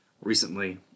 recently